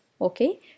okay